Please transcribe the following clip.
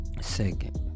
Second